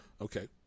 okay